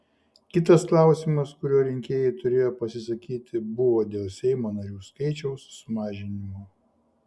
kitas klausimas kuriuo rinkėjai turėjo pasisakyti buvo dėl seimo narių skaičiaus sumažinimo